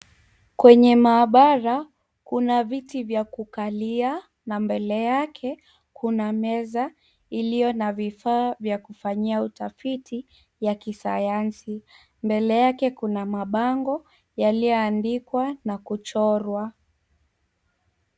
Kwenye maabara kuna viti vya kukalia na mbele yake kuna meza iliyo na vifaa vya kufanyia utafiti ya kisayansi. Mbele yake kuna mabango yaliyoandikwa na kuchorwa.